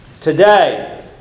Today